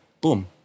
boom